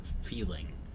feeling